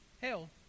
Hell